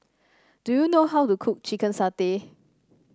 do you know how to cook Chicken Satay